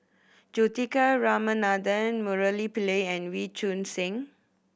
Juthika Ramanathan Murali Pillai and Wee Choon Seng